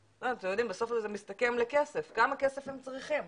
בסוף זה מסתכם לכסף, כמה כסף הם צריכים.